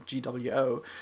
GWO